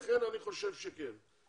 לכן אני חושב שכן צריך להכניס אותם.